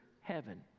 heaven